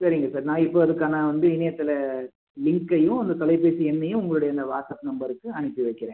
சரிங்க சார் நான் இப்போ அதுக்கான வந்து இணையதள லிங்க்கையும் அந்த தொலைபேசி எண்ணையும் உங்களுடைய இந்த வாட்ஸ்அப் நம்பருக்கு அனுப்பி வைக்கிறேன்